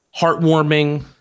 Heartwarming